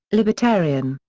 libertarian,